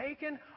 taken